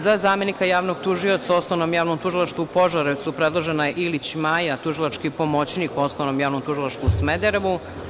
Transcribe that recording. Za zamenika javnog tužioca u Osnovnom javnom tužilaštvu u Požarevcu predložena je Ilić Maja, tužilački pomoćnik u Osnovnom javnom tužilaštvu u Smederevu.